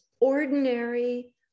ordinary